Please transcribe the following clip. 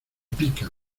pican